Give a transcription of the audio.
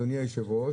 אדוני היושב-ראש,